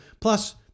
Plus